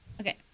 Okay